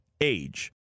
age